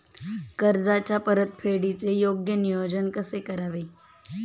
कर्जाच्या परतफेडीचे योग्य नियोजन कसे करावे?